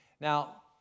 Now